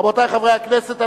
רבותי חברי הכנסת,